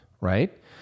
right